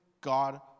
God